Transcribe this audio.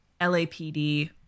LAPD